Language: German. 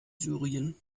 syrien